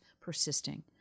persisting